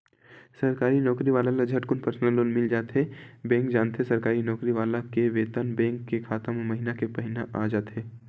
सरकारी नउकरी वाला ल झटकुन परसनल लोन मिल जाथे बेंक जानथे सरकारी नउकरी वाला के बेतन बेंक के खाता म महिना के महिना आ जाथे